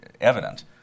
evident –